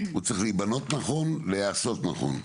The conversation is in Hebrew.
הוא צריך להיבנות נכון ולהיעשות נכון.